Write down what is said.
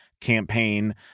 campaign